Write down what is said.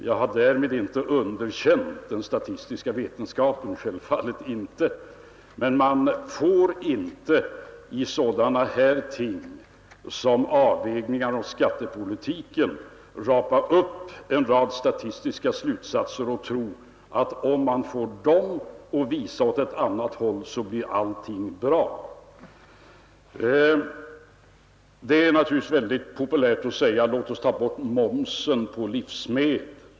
Jag har därmed inte underkänt den statistiska vetenskapen — självfallet inte — men man får inte när det gäller sådana ting som avvägningar av skattepolitiken rapa upp en rad statistiska slutsatser och tro, att om man får dem att visa åt ett annat håll, så blir allting bra. Det är naturligtvis väldigt populärt att säga: Låt oss ta bort momsen på livsmedel!